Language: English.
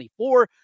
24